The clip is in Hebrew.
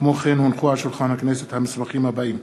כמו כן הונחו על שולחן הכנסת המסמכים הבאים: